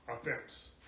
Offense